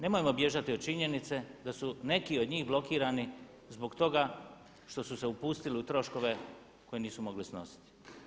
Nemojmo bježati od činjenice da su neki od njih blokirani zbog toga što su se upustili u troškove koje nisu mogli snositi.